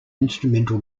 instrumental